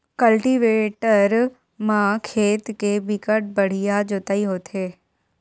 cultivator म खेत के बिकट बड़िहा जोतई होथे